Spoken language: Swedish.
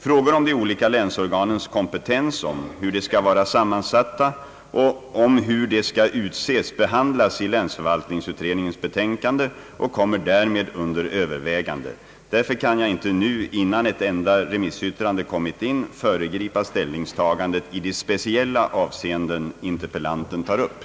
Frågor om de olika länsorganens kompetens, om hur de skall vara sammansatta och om hur de skall utses behandlas i länsförvaltningsutredningens betänkande och kommer därmed under övervägande, Därför kan jag inte nu, innan ett enda remissyttrande kommit in, föregripa ställningstagandet i de speciella avseenden interpellanten tar upp.